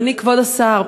אדוני כבוד השר,